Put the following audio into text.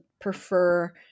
prefer